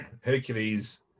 Hercules